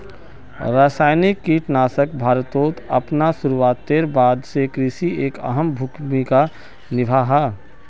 रासायनिक कीटनाशक भारतोत अपना शुरुआतेर बाद से कृषित एक अहम भूमिका निभा हा